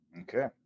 Okay